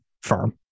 firm